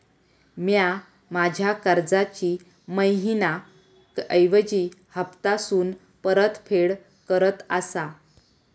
म्या माझ्या कर्जाची मैहिना ऐवजी हप्तासून परतफेड करत आसा